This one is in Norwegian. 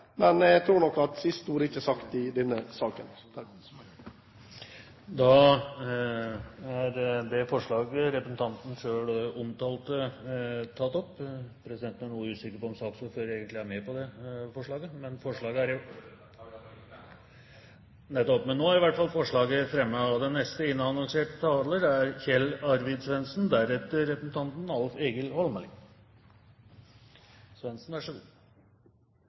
men jeg tror nok at siste ord ikke er sagt i denne saken. Representanten Harald T. Nesvik har tatt opp det forslaget han refererte til. Presidenten er noe usikker på om saksordføreren egentlig er med på det forslaget. Nei, Høyre er ikke med på forslaget. Nettopp. Men nå er i hvert fall forslaget fremmet. Kongekrabben er